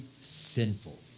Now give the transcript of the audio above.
sinful